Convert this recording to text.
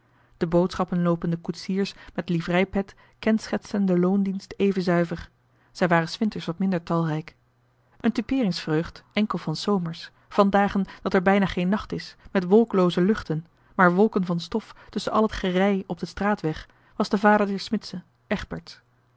dorpen de boodschappen loopende koetsiers met livreipet kenschetsten den loondienst even zuiver zij waren s winters wat minder talrijk een typeerings vreugd enkel van s zomers van dagen dat er bijna geen nacht is met wolklooze luchten maar wolken van stof tusschen al het gerij op den straatweg was de vader der smidse egberts